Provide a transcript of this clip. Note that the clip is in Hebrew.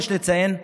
יש לציין,